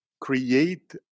create